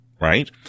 Right